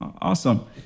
Awesome